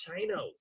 Chinos